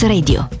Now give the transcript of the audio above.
Radio